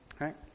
right